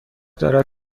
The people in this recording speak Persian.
دارد